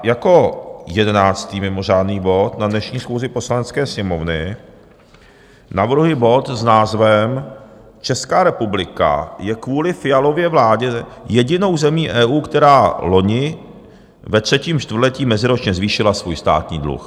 Jako jedenáctý mimořádný bod na dnešní schůzi Poslanecké sněmovny navrhuji bod s názvem Česká republika je kvůli Fialově vládě jedinou zemí EU, která loni ve třetím čtvrtletí meziročně zvýšila svůj státní dluh.